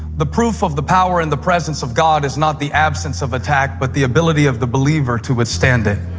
the proof of the power and the presence of god is not the absence of attack but the ability of the believer to withstand it.